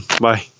Bye